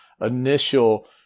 initial